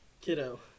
Kiddo